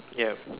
yup